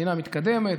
מדינה מתקדמת,